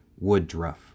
Woodruff